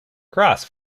cross